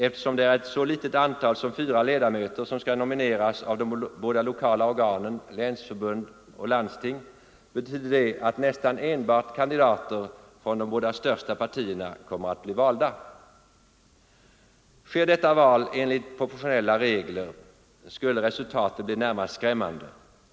Eftersom ett så litet antal som fyra ledamöter skall nomineras av de båda lokala organen, länsförbund och landsting, betyder det att nästan enbart kandidater från de båda största partierna kommer att bli valda. Sker dessa val enligt proportionella regler skulle resultatet bli närmast skrämmande.